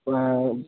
पुन्हा